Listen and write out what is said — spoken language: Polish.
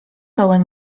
pełen